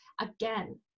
again